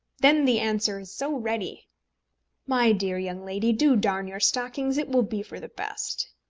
then the answer is so ready my dear young lady, do darn your stockings it will be for the best.